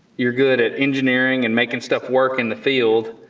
you're good at engineering, and making stuff work in the field.